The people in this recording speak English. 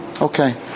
Okay